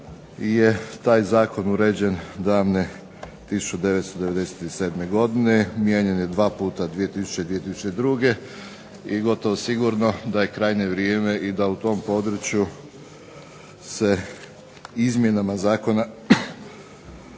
da je taj zakon uređen davne 1997. godine. Mijenjan je dva puta 2000. i 2002. i gotovo sigurno da je krajnje vrijeme da i u tom području se izmjenama zakona